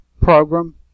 program